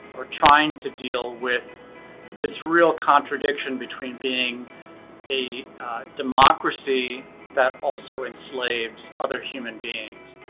or trying to deal with this real contradiction between being a democracy that also enslaves other human beings.